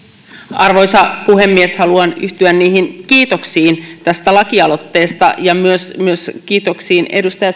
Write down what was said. arvoisa puhemies haluan yhtyä kiitoksiin tästä lakialoitteesta ja myös myös kiitoksiin edustaja